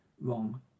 wrong